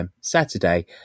Saturday